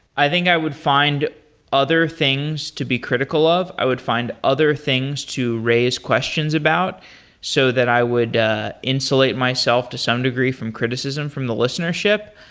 i think i would find other things to be critical of. i would find other things to raise questions about so that i would insulate myself to some degree from criticism from the listenership.